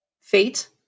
fate